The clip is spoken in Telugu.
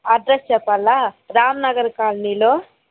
అడ్రస్ చెప్పాలా రాంనగర్ కాలనీలో